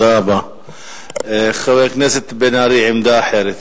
חבר הכנסת בן-ארי, עמדה אחרת.